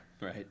Right